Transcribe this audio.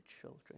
children